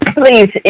please